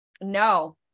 no